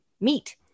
meet